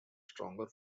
stronger